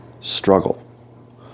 struggle